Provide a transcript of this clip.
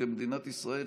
כמדינת ישראל,